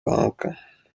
lanka